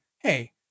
Hey